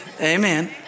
Amen